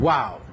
Wow